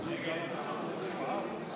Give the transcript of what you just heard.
התשפ"ג 2022, נתקבלה.